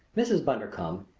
mrs. bundercombe,